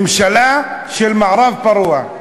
ממשלה של מערב פרוע.